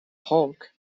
hulk